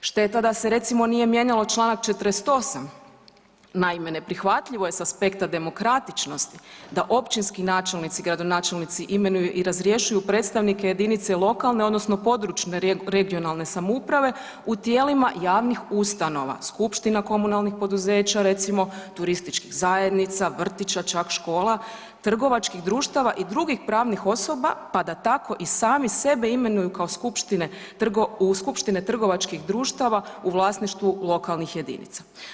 Šteta da se recimo nije mijenjalo čl. 48., naime neprihvatljivo je sa aspekta demokratičnosti da općinski načelnici, gradonačelnici imenuju i razrješuju predstavnike jedinice lokalne odnosno područne (regionalne) samouprave u tijelima javnih ustanova, skupština komunalnih poduzeća recimo, turističkih zajednica, vrtića, čak škola, trgovačkih društava i drugih pravnih osoba pa da tako i sami sebe imenuju u skupštine trgovačkih društava u vlasništvu lokalnih jedinica.